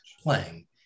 playing